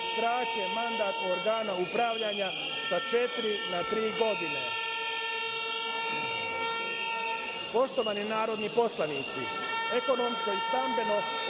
skraćuje mandata organa upravljanja sa četiri na tri godine. Poštovani narodni poslanici, ekonomsko i stambeno